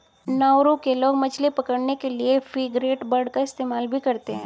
Nauru के लोग मछली पकड़ने के लिए फ्रिगेटबर्ड का इस्तेमाल भी करते हैं